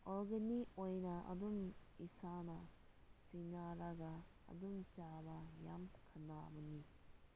organic ꯑꯣꯏꯅ ꯑꯗꯨꯝ ꯏꯁꯥꯅ ꯁꯦꯟꯅꯔꯒ ꯑꯗꯨꯝ ꯆꯥꯕ ꯌꯥꯝ ꯀꯥꯅꯕꯅꯤ